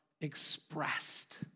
expressed